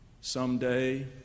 Someday